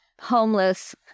homeless